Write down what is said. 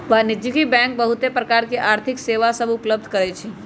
वाणिज्यिक बैंक बहुत प्रकार के आर्थिक सेवा सभ उपलब्ध करइ छै